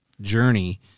journey